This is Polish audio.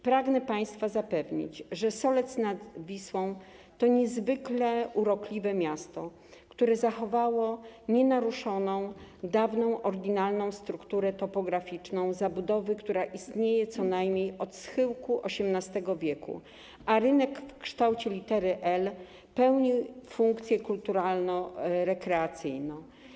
Pragnę państwa zapewnić, że Solec nad Wisłą to niezwykle urokliwe miasto, które zachowało nienaruszoną dawną, oryginalną strukturę topograficzną zabudowy, która istnieje co najmniej od schyłku XVIII w., a rynek w kształcie litery L pełnił funkcję kulturalno-rekreacyjną.